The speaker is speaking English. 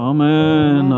Amen